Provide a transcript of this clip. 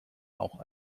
auch